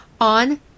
on